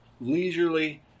leisurely